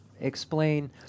explain